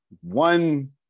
One